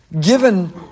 Given